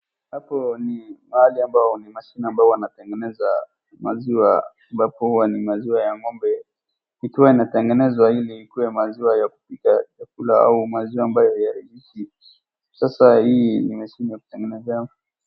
Hapo ni mahali ambapo ni amashini ambayo wanatengeneza maziwa ambapo huwa ni maziwa ya ng'ombe, ikiwa inatengenezwa ili ikuwe maziwa ya kupika au maziwa yenye sasa hii ni mashini ya kutengenezea.